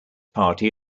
party